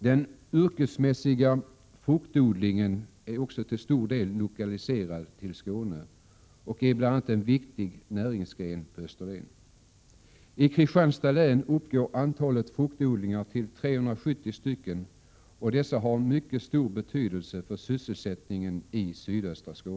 Den yrkesmässiga fruktodlingen är också till stor del lokaliserad till Skåne och den är en viktig näringsgren på Österlen. I Kristianstads län uppgår antalet fruktodlingar till ca 370 och dessa har mycket stor betydelse för sysselsättningen i sydöstra Skåne.